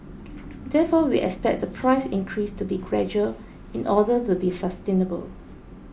therefore we expect the price increase to be gradual in order to be sustainable